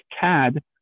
CAD